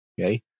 Okay